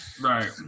Right